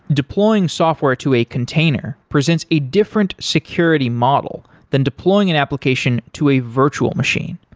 deploying software to a container presents a different security model than deploying an application to a virtual machine.